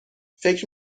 فکر